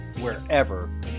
wherever